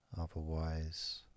Otherwise